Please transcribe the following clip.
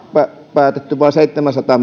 päätetty vain seitsemänsataa